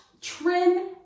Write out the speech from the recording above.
trim